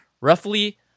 roughly